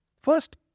First